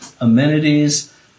amenities